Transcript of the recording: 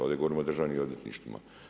Ovdje govorimo o državnim odvjetništvima.